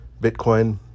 Bitcoin